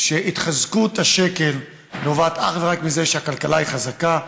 שהתחזקות השקל נובעת אך ורק מזה שהכלכלה היא חזקה.